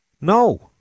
No